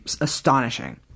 astonishing